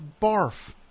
barf